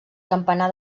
campanar